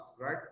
right